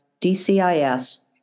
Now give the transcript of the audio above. DCIS